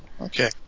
Okay